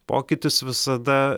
pokytis visada